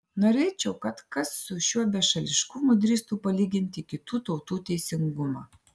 norėčiau kad kas su šiuo bešališkumu drįstų palyginti kitų tautų teisingumą